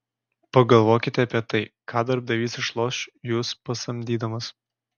pagalvokite apie tai ką darbdavys išloš jus pasamdydamas